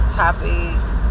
topics